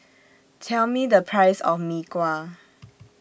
Tell Me The Price of Mee Kuah